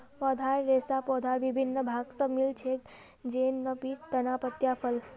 पौधार रेशा पौधार विभिन्न भाग स मिल छेक, जैन न बीज, तना, पत्तियाँ, फल